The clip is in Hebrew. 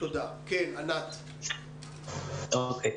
אוקיי,